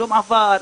התשלום עבר,